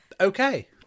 Okay